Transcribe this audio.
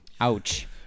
Ouch